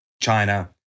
China